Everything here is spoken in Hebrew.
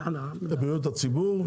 בריאות הציבור,